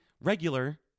regular